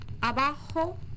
Abajo